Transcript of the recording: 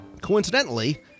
coincidentally